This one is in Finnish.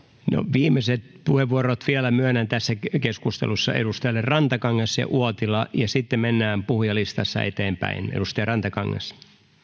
viimeiset puheenvuorot vielä myönnän tässä keskustelussa edustajille rantakangas ja uotila ja sitten mennään puhujalistassa eteenpäin edustaja rantakangas